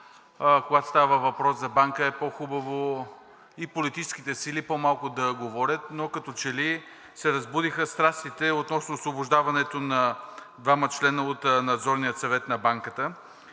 когато става въпрос за банка е по-хубаво и политическите сили по-малко да говорят, но като че ли се разбудиха страстите относно освобождаването на двама членове от Надзорния съвет на Банката.